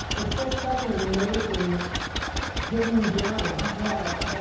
it's just such an amazing hidden gem. i know, i know.